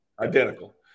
Identical